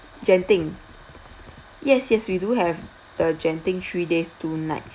genting yes yes we do have the genting three days two night